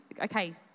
Okay